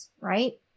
Right